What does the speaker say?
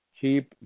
keep